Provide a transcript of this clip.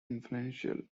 influential